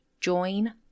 join